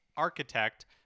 architect